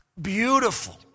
beautiful